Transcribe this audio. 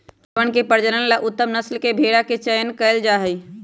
भेंड़वन के प्रजनन ला उत्तम नस्ल के भेंड़ा के चयन कइल जाहई